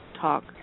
Talk